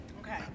Okay